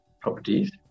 properties